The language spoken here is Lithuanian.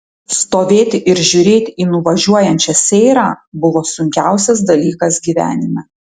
stovėti ir žiūrėti į nuvažiuojančią seirą buvo sunkiausias dalykas gyvenime